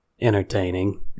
entertaining